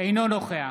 אינו נוכח